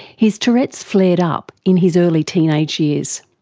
his tourette's flared up in his early teenage years.